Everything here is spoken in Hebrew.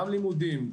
גם לימודים,